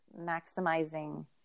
maximizing